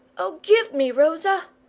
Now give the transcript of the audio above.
oh, give me rosa!